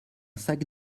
sac